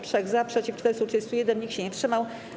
3 - za, przeciw - 431, nikt się nie wstrzymał.